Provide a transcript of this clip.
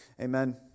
Amen